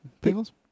pickles